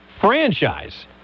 franchise